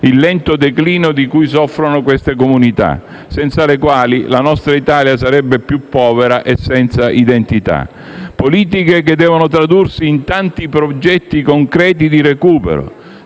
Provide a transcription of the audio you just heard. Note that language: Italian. il lento declino di cui soffrono queste comunità, senza le quali la nostra Italia sarebbe più povera e senza identità; politiche che devono tradursi in tanti progetti concreti di recupero,